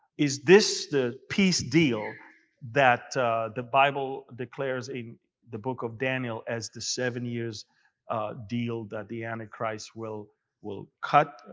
is this the peace deal that the bible declares in the book of daniel as the seven year deal that the antichrist will will cut,